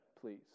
please